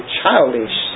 childish